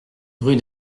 rue